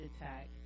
attack